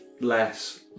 less